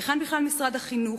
היכן בכלל משרד החינוך?